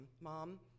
mom